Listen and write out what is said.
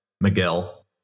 Miguel